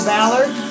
Ballard